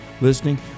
listening